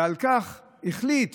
ועל כך החליט